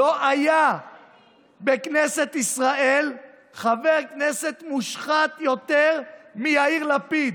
לא היה בכנסת ישראל חבר כנסת מושחת יותר מיאיר לפיד,